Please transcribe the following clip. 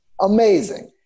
Amazing